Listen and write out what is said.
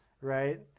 right